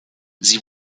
sie